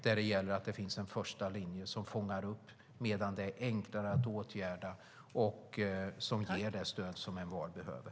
Då ska det finnas en första linje som fångar upp dessa barn medan det är enklare att åtgärda och som ger det stöd som envar behöver.